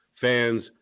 fans